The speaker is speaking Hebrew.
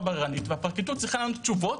בררנית והפרקליטות צריכה לענות תשובות.